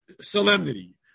solemnity